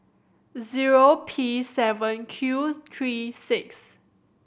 zero P seven Q three six